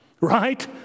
right